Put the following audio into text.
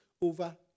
over